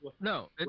No